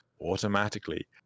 automatically